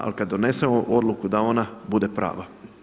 Ali kad donesemo odluku da ona bude prava.